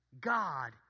God